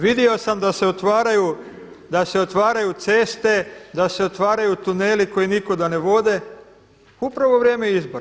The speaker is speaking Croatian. Vidio sam da se otvaraju ceste, da se otvaraju tuneli koji nikuda ne vode upravo u vrijeme izbora.